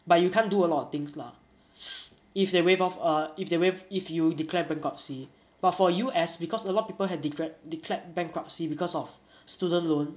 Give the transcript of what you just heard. but you can't do a lot of things lah if they wave off err if they wave if you declare bankruptcy but for U_S because a lot people had declared declared bankruptcy because of student loan